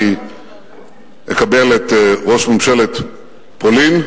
אני אקבל את ראש ממשלת פולין,